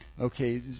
Okay